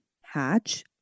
hatch